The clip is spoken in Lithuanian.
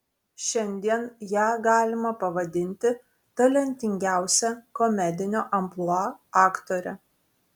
šiandien ją galima pavadinti talentingiausia komedinio amplua aktore